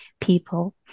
people